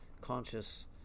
conscious